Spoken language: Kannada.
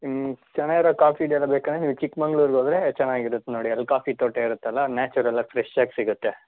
ನಿಮ್ಗೆ ಚೆನ್ನಾಗಿರೋದು ಕಾಫಿ ಡೇ ಎಲ್ಲ ಬೇಕಂದರೆ ಚಿಕ್ಮಂಗಳೂರು ಹೋದರೆ ಚೆನ್ನಾಗಿರುತ್ತೆ ನೋಡಿ ಅಲ್ಲಿ ಕಾಫಿ ತೋಟ ಇರುತ್ತಲ್ಲ ಅಲ್ಲಿ ನ್ಯಾಚುರಲಾಗಿ ಫ್ರೆಶ್ ಆಗಿ ಸಿಗುತ್ತೆ